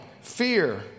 fear